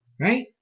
Right